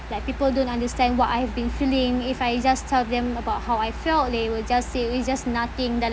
like people don't understand what I've been feeling if I just tell them about how I felt they will just say it was just nothing that uh